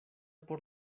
por